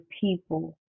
people